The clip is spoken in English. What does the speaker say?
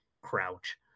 crouch